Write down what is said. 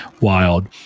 Wild